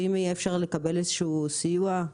ואם אפשר יהיה לקבל איזשהו סיוע.